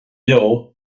beo